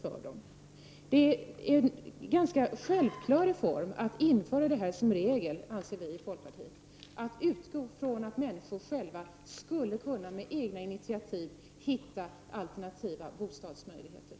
Att utgå ifrån att människor själva på egna initiativ skall kunna hitta alternativa bostadsmöjligheter är en självklar reform som borde införas som regel.